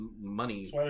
money